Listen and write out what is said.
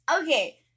Okay